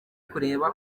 kureba